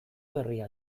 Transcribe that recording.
berria